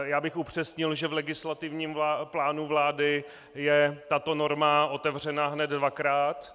Já bych upřesnil, že v legislativním plánu vlády je tato norma otevřena hned dvakrát.